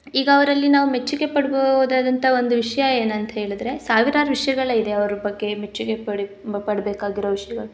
ಈಗ ಅವರಲ್ಲಿ ನಾವು ಮೆಚ್ಚುಗೆ ಪಡ್ಬೋದಾದಂಥ ಒಂದು ವಿಷಯ ಏನು ಅಂತ ಹೇಳಿದ್ರೆ ಸಾವಿರಾರು ವಿಷ್ಯಗಳು ಇದೆ ಅವರು ಬಗ್ಗೆ ಮೆಚ್ಚುಗೆ ಪಡಿ ಪಡಬೇಕಾಗಿರೋ ವಿಷ್ಯಗಳು